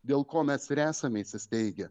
dėl ko mes ir esame įsisteigę